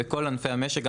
בכל ענפי המשק.